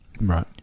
Right